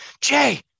Jay